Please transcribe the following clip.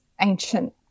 ancient